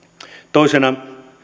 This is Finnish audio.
toisena